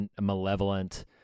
malevolent